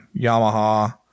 Yamaha